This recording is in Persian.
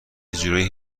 جورایی